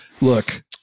look